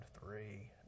three